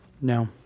No